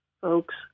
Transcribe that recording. folks